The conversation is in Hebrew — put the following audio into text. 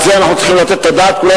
ועל זה אנחנו צריכים לתת את הדעת,